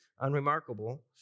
unremarkable